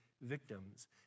victims